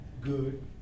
good